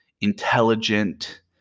intelligent